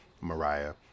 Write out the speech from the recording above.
mariah